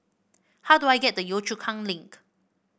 how do I get to Yio Chu Kang Link